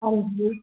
ਹਾਂਜੀ